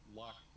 lock